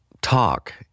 talk